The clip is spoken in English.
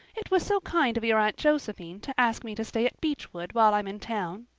it was so kind of your aunt josephine to ask me to stay at beechwood while i'm in town.